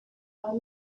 five